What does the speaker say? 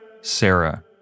Sarah